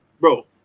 bro